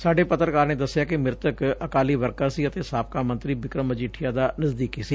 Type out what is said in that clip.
ਸਾਡੇ ਪੱਤਰਕਾਰ ਨੇ ਦਸਿਐ ਕਿ ਮਿਤਕ ਅਕਾਲੀ ਵਰਕਰ ਸੀ ਅਤੇ ਸਾਬਕਾ ਮੰਤਰੀ ਬਿਕਰਮ ਮਜੀਠੀਆ ਦਾ ਨਜ਼ਦੀਕੀ ਸੀ